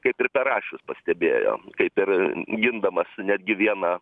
kaip ir perašius pastebėjo kaip ir gindamas netgi vieną